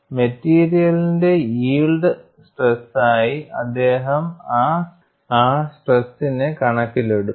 മെറ്റീരിയലിന്റെ യീൽഡ് സ്ട്രെസ്സായി അദ്ദേഹം ആ സ്ട്രെസ്നെ കണക്കിലെടുത്തു